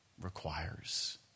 requires